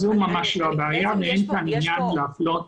זו ממש לא הבעיה ואין כאן עניין להפלות